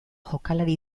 jokalari